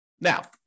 Now